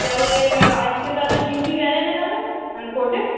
তাহলে আজকে তাহলে ডিউটি গেলে না কেন মানে কোর্টে